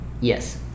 Yes